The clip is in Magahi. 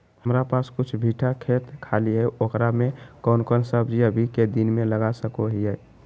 हमारा पास कुछ बिठा खेत खाली है ओकरा में कौन कौन सब्जी अभी के दिन में लगा सको हियय?